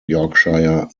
yorkshire